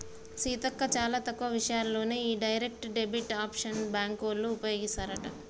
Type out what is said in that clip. సీతక్క చాలా తక్కువ విషయాల్లోనే ఈ డైరెక్ట్ డెబిట్ ఆప్షన్ బ్యాంకోళ్ళు ఉపయోగిస్తారట